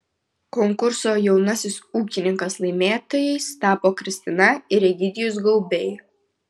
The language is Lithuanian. konkurso jaunasis ūkininkas laimėtojais tapo kristina ir egidijus gaubiai